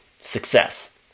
success